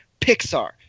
pixar